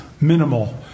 minimal